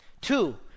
Two